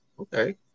Okay